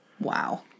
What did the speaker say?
Wow